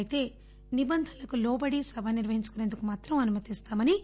అయితే నిబంధనలకు లోబడి సభ నిర్వహించుకుసేందుకు మాత్రం అనుమతిస్తామని ఎస్